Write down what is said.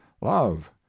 love